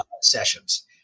sessions